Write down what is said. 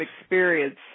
experience